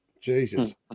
Jesus